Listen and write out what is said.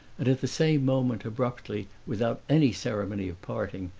and at the same moment, abruptly, without any ceremony of parting,